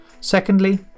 Secondly